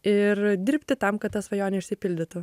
ir dirbti tam kad ta svajonė išsipildytų